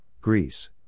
Greece